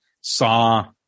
saw